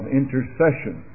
intercession